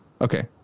Okay